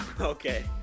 okay